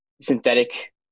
synthetic